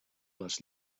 les